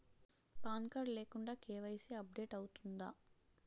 Pan card లేకుండా KYC update అవుతుందా?